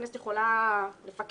הכנסת יכולה לפקח,